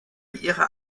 ihre